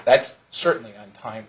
that's certainly one time